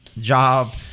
job